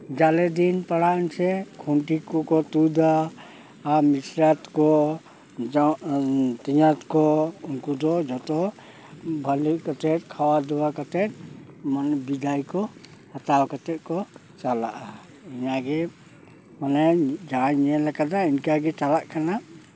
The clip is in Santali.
ᱡᱟᱞᱮ ᱫᱤᱱ ᱯᱟᱲᱟᱣ ᱮᱱ ᱥᱮ ᱠᱷᱩᱴᱤ ᱠᱚᱠᱚ ᱛᱩᱫᱟ ᱟᱨ ᱢᱤᱥᱨᱟᱛ ᱠᱚ ᱛᱮᱧᱟᱛ ᱠᱚ ᱩᱱᱠᱩ ᱫᱚ ᱡᱚᱛᱚ ᱵᱟᱸᱫᱮ ᱠᱟᱛᱮ ᱠᱷᱟᱣᱟ ᱫᱟᱣᱟ ᱠᱟᱛᱮ ᱵᱤᱫᱟᱹᱭ ᱠᱚ ᱦᱟᱛᱟᱣ ᱠᱟᱛᱮ ᱠᱚ ᱪᱟᱞᱟᱜᱼᱟ ᱚᱱᱟᱜᱮ ᱢᱟᱱᱮ ᱡᱟᱦᱟᱸᱧ ᱧᱮᱞ ᱠᱟᱫᱟ ᱤᱱᱠᱟᱹ ᱜᱮ ᱪᱟᱞᱟᱜ ᱠᱟᱱᱟ